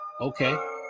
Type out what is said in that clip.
Okay